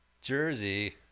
Jersey